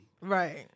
Right